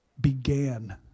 began